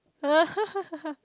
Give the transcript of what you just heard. uh